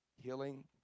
healing